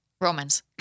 Romans